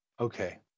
okay